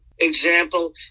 Example